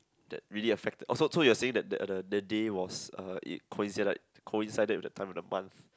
that really affect oh so so you're saying that that the day was uh it coincided with the time of the month